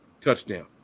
touchdown